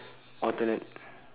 alternate